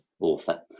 author